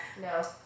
No